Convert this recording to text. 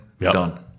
done